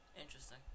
Interesting